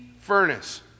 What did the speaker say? furnace